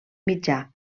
mitjà